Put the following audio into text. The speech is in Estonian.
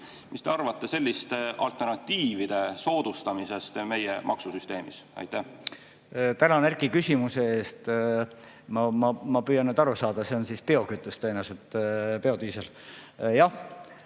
Mis te arvate selliste alternatiivide soodustamisest meie maksusüsteemis? Tänan, Erki, küsimuse eest! Ma püüan nüüd aru saada. See on siis biokütus, tõenäoliselt biodiisel.